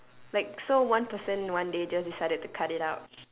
like so one person one day just decided to cut it up